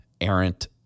errant